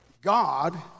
God